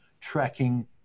tracking